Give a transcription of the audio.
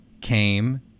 came